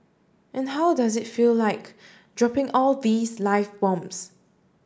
and how does it feel like dropping all these live bombs